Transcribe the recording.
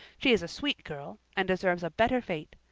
she is a sweet girl, and deserves a better fate.